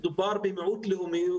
מדובר במיעוט לאומי,